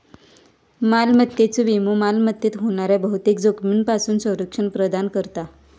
मालमत्तेचो विमो मालमत्तेक होणाऱ्या बहुतेक जोखमींपासून संरक्षण प्रदान करता